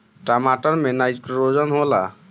टमाटर मे नाइट्रोजन होला?